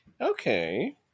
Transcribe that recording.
okay